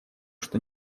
что